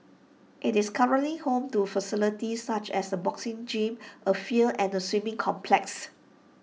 IT is currently home to facilities such as A boxing gym A field and A swimming complex